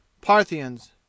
Parthians